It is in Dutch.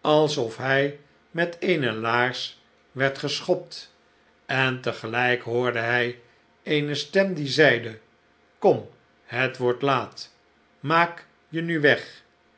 alsof hij met eene laars werd geschopt en tegelijk hoorde hij eene stem die zeide kom het wordt laat maak je nu weg